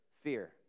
Fear